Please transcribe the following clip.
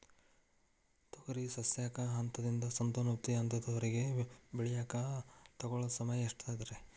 ತೊಗರಿ ಸಸ್ಯಕ ಹಂತದಿಂದ, ಸಂತಾನೋತ್ಪತ್ತಿ ಹಂತದವರೆಗ ಬೆಳೆಯಾಕ ತಗೊಳ್ಳೋ ಸಮಯ ಎಷ್ಟರೇ?